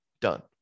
Done